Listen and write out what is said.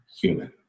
human